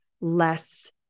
less